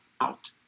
out